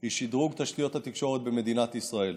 היא שדרוג תשתיות התקשורת במדינת ישראל.